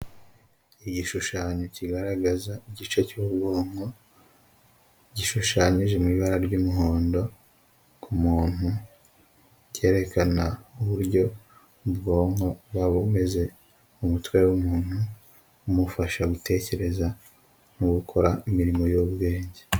Igishushanyo kigaragaza igice cy'ubwonko, gishushanyije mu ibara ry'umuhondo ku muntu, cyerekana uburyo ubwonko buba bumeze mu mutwe w'umuntu, bumufasha gutekereza no gukora imirimo y'ubwenge.